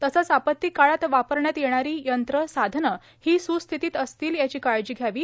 तसंच आपत्ती काळात वापरण्यात येणारी यंत्रेए साधने ही स्स्थितीत असतील याची काळजी घ्यावी